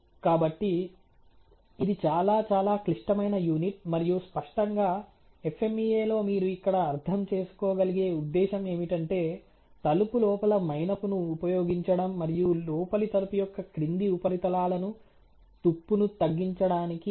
కాబట్టి ఇది చాలా చాలా క్లిష్టమైన యూనిట్ మరియు స్పష్టంగా FMEA లో మీరు ఇక్కడ అర్థం చేసుకోగలిగే ఉద్దేశ్యం ఏమిటంటే తలుపు లోపల మైనపును ఉపయోగించడం మరియు లోపలి తలుపు యొక్క క్రింది ఉపరితలాలను తుప్పును తగ్గించడానికి కనీస మైనపు మందంతో కప్పడం అవసరం